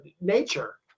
Nature